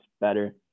better